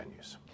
venues